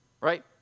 right